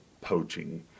poaching